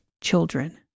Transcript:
children